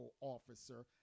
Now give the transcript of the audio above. officer